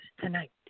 tonight